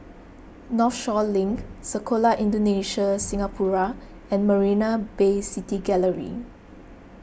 Northshore Link Sekolah Indonesia Singapura and Marina Bay City Gallery